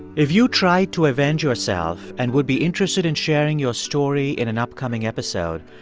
if you tried to avenge yourself and would be interested in sharing your story in an upcoming episode,